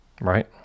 right